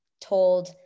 told